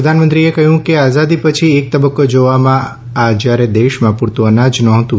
પ્રધાનમંત્રીએ કહ્યું કે આઝાદી પછી એક તબક્કો જોવામાં આ જ્યારે દેશમાં પૂરતું અનાજ નહોતું